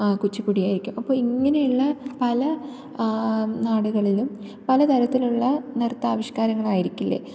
കുച്ചുപിടി ആയിരിക്കും അപ്പോള് ഇങ്ങനെയുള്ള പല നാടുകളിലും പലതരത്തിലുള്ള നൃത്ത ആവിഷ്കാരങ്ങൾ ആയിരിക്കില്ലേ